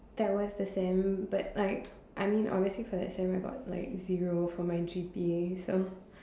that was the same but like I mean honestly for that same I got like zero for my G_P_A so